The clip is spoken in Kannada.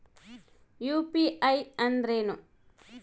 ಯು.ಪಿ.ಐ ಅಂದ್ರೇನು?